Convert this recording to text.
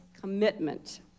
commitment